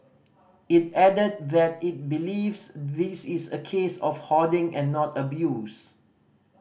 it added that it believes this is a case of hoarding and not abuse